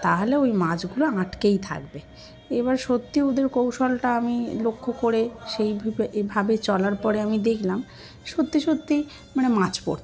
তাহলে ওই মাছগুলো আটকেই থাকবে এবার সত্যি ওদের কৌশলটা আমি লক্ষ্য করে সেই এভাবে চলার পরে আমি দেখলাম সত্যি সত্যি মানে মাছ পড়ত